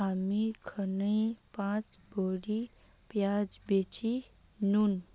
हामी अखनइ पांच बोरी प्याज बेचे व नु